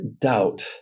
doubt